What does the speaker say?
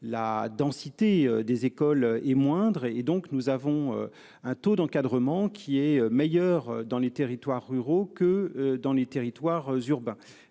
La densité des écoles est moindre et donc nous avons un taux d'encadrement qui est meilleur dans les territoires ruraux que dans les territoires urbains,